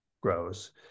grows